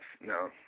no